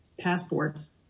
passports